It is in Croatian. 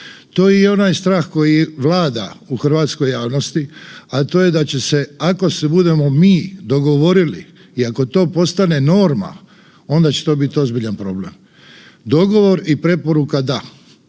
To je i onaj strah koji vlada u hrvatskoj javnosti, a to je da će se ako se budemo mi dogovorili i ako to postane norma onda će to biti ozbiljan problem. Dogovor i preporuka da,